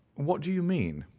what do you mean?